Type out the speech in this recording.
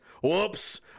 whoops